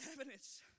evidence